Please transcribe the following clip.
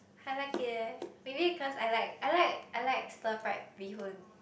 I like it maybe because I like I like I like stir fried bee-hoon